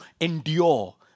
endure